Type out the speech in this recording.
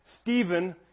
Stephen